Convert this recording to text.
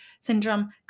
syndrome